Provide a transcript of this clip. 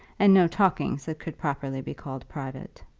and no talkings that could properly be called private.